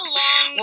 long